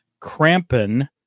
Krampen